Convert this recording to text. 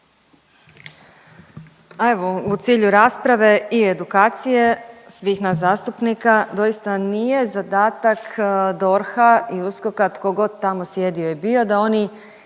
A evo u cilju rasprave i edukacije svih nas zastupnika doista nije zadatak DORH-a i USKOK-a tko god tamo sjedio i bio da oni